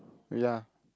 ya